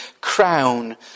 crown